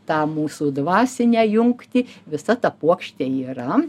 tą mūsų dvasinę jungtį visa ta puokštė yra